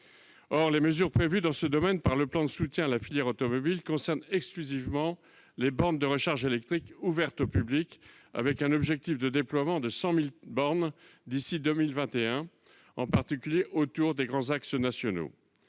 Or les mesures prévues dans ce domaine par le plan de soutien à la filière automobile concernent exclusivement les bornes de recharge électriques ouvertes au public, avec un objectif de déploiement de 100 000 bornes d'ici à 2021, en particulier autour des grands axes nationaux.